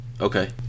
Okay